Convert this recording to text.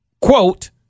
Quote